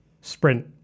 sprint